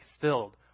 filled